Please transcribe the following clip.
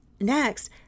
Next